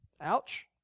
Ouch